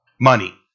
money